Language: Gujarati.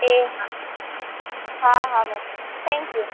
એ હા હા હા મેમ થેંક્યુ